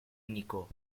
nico